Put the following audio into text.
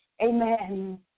Amen